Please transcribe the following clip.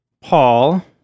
Paul